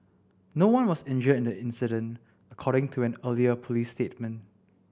no one was injured in the incident according to an earlier police statement